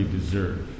deserve